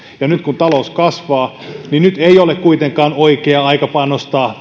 ja nyt kun talous kasvaa niin ei ole kuitenkaan oikea aika panostaa